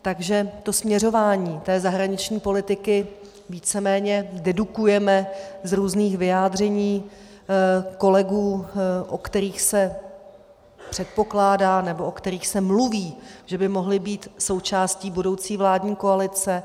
Takže to směřování zahraniční politiky víceméně dedukujeme z různých vyjádření kolegů, o kterých se předpokládá, nebo o kterých se mluví, že by mohli být součástí budoucí vládní koalice.